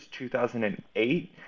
2008